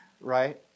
right